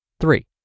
Three